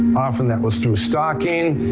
often that was through stocking.